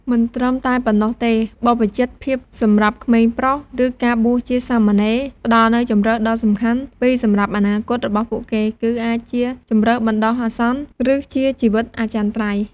មិនត្រឹមតែប៉ុណ្ណោះទេ បព្វជិតភាពសម្រាប់ក្មេងប្រុស ឬការបួសជាសាមណេរ ផ្ដល់នូវជម្រើសដ៏សំខាន់ពីរសម្រាប់អនាគតរបស់ពួកគេ គឺអាចជា ជម្រើសបណ្ដោះអាសន្ន ឬជា ជីវិតអចិន្ត្រៃយ៍។